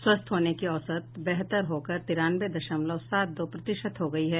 स्वस्थ होने की औसत बेहतर होकर तिरानवे दशमलव सात दो प्रतिशत हो गयी है